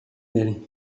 بریم